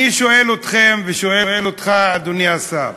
אני שואל אתכם ושואל אותך, אדוני השר: